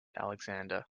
alexander